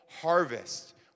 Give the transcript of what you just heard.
harvest